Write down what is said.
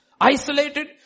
Isolated